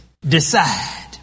Decide